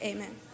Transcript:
Amen